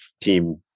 team